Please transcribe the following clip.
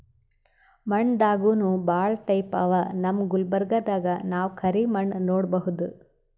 ಮಣ್ಣ್ ದಾಗನೂ ಭಾಳ್ ಟೈಪ್ ಅವಾ ನಮ್ ಗುಲ್ಬರ್ಗಾದಾಗ್ ನಾವ್ ಕರಿ ಮಣ್ಣ್ ನೋಡಬಹುದ್